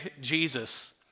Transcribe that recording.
Jesus